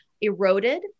eroded